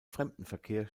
fremdenverkehr